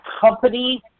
company